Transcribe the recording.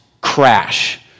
crash